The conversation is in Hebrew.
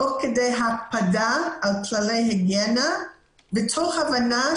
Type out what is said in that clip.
תוך כדי הקפדה על כללי היגיינה מתוך הבנה